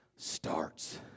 starts